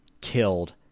killed